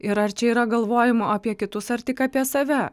ir ar čia yra galvojimo apie kitus ar tik apie save